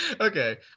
Okay